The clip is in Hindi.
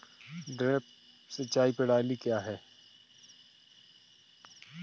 ड्रिप सिंचाई प्रणाली क्या है?